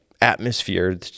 atmosphere